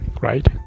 right